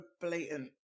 blatant